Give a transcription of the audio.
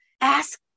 ask